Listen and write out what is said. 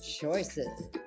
choices